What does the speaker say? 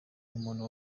umuntu